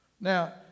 Now